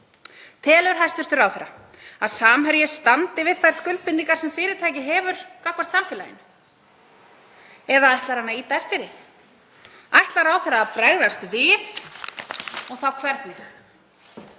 Telur hæstv. ráðherra að Samherji standi við þær skuldbindingar sem fyrirtækið hefur gagnvart samfélaginu eða ætlar hann að ýta á eftir því? Ætlar ráðherra að bregðast við og þá hvernig?